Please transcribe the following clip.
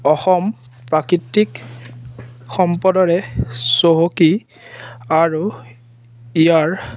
অসম প্ৰাকৃতিক সম্পদৰে চহকী আৰু ইয়াৰ